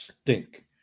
stink